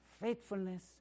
Faithfulness